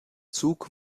zug